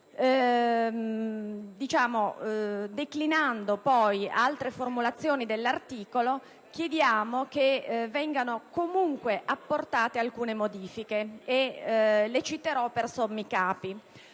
14. Declinando poi altre formulazioni dell'articolo stesso, chiediamo che vengano comunque apportate alcune modifiche, che citerò per sommi capi.